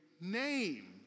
name